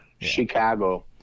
Chicago